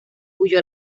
huyó